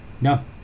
No